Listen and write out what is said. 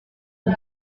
mbi